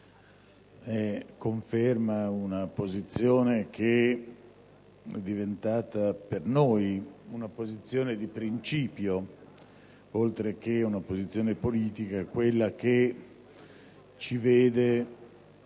conferma una posizione che per noi è diventata una posizione di principio oltre che una posizione politica, quella che ci vede